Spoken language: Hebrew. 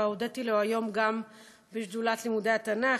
כבר הודיתי לו היום גם בשדולת לעידוד לימוד התנ"ך,